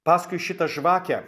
paskui šitą žvakę